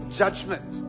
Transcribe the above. judgment